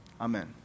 Amen